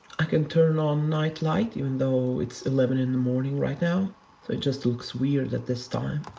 i can turn on night light, even though it's eleven in the morning right now, so it just looks weird at this time.